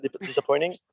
disappointing